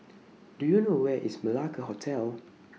Do YOU know Where IS Malacca Hotel